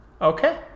Okay